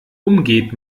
umgeht